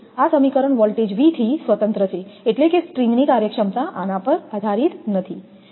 આ સમીકરણ voltage V થી સ્વતંત્ર છે એટલે કે સ્ટ્રિંગની કાર્યક્ષમતા આના પર આધારિત નથી